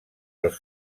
els